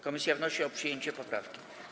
Komisja wnosi o przyjęcie poprawki.